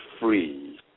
free